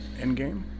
Endgame